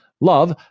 Love